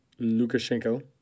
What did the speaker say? Lukashenko